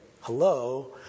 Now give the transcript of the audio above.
Hello